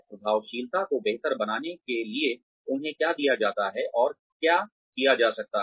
प्रभावशीलता को बेहतर बनाने के लिए उन्हें क्या दिया जाता है और क्या किया जा सकता है